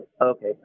Okay